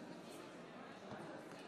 32 חברי כנסת בעד,